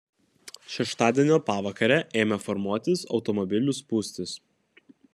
šeštadienio pavakarę ėmė formuotis automobilių spūstys